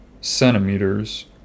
centimeters